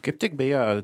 kaip tik beje